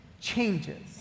changes